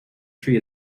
tree